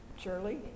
Surely